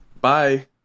Bye